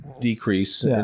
decrease